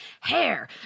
hair